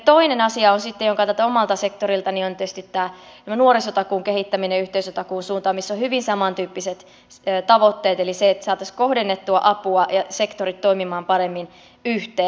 toinen asia sitten joka on tältä omalta sektoriltani on tietysti tämä meidän nuorisotakuun kehittäminen yhteisötakuun suuntaan missä on hyvin samantyyppiset tavoitteet eli se että saataisiin kohdennettua ja sektorit toimimaan paremmin yhteen